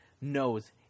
knows